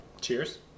Cheers